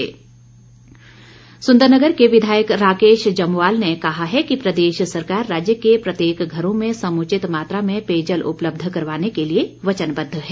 राकेश जम्वाल सुन्दरनगर के विधायक राकेश जम्वाल ने कहा है कि प्रदेश सरकार राज्य के प्रत्येक घरों में समुचित मात्रा में पेयजल उपलब्ध करवाने के लिए वचनबद्ध है